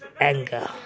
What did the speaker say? Anger